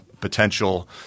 potential